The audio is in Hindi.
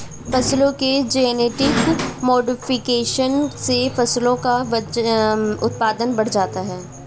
फसलों के जेनेटिक मोडिफिकेशन से फसलों का उत्पादन बढ़ जाता है